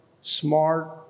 smart